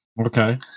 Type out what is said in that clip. Okay